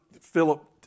Philip